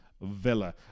Villa